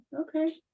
okay